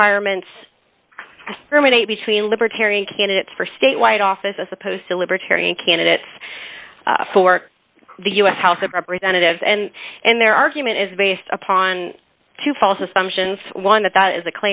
requirements ruminate between libertarian candidates for statewide office as opposed to libertarian candidates for the u s house of representatives and and their argument is based upon two false assumptions one that that is a